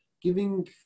giving